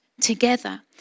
together